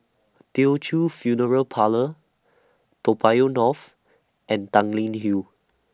Teochew Funeral Parlour Toa Payoh North and Tanglin Hill